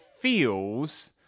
feels